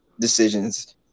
decisions